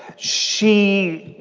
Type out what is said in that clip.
she